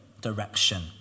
direction